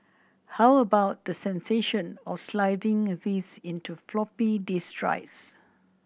how about the sensation of sliding these into floppy disk drives